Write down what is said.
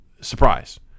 surprise